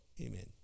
Amen